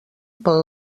pel